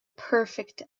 perfect